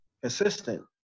consistent